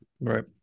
Right